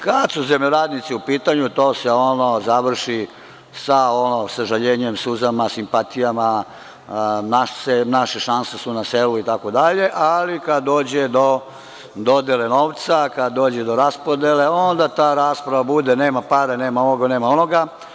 Kad su zemljoradnici u pitanju, to se završi sa sažaljenjem, suzama, simpatijama - naše šanse su na selu itd, ali kad dođe do dodele novca, kada dođe do raspodele, onda ta rasprava bude - nema para, nema ovoga, nema onoga.